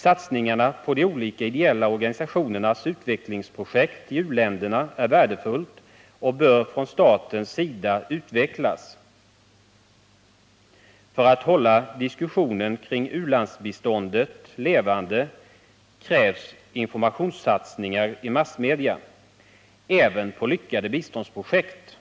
Satsningarna på de olika ideella organisationernas utvecklingsprojekt i u-länderna är värdefulla och bör från statens sida utvecklas. För att hålla diskussionen kring u-landsbiståndet levande krävs informationssatsningar i massmedia, även på lyckade biståndsprojekt,